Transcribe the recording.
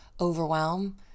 overwhelm